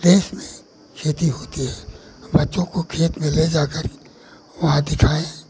देश में खेती होती है बच्चों को खेत में ले जाकर वहाँ दिखाएँ